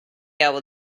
able